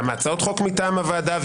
גם מהצעות חוק מטעם הוועדה,